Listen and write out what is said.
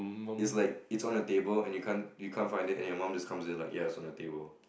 is like is on the table and you can't you can't find it and your mum is comes in like ya it's on the table